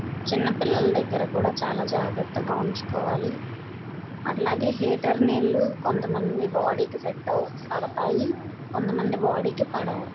చిన్నపిల్లల దగ్గర కూడా చాలా జాగ్రత్తగా ఉంచుకోవాలి అట్లాగే హీటర్ నీళ్లు కొంతమంది బాడీకి సెట్ అవు పడతాయి కొంతమంది బాడీకి పడవు